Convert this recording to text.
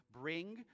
bring